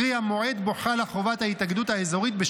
קרי המועד שבו חלה חובת ההתאגדות האזורית,